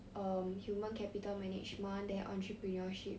um human capital management then entrepreneurship